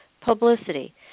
publicity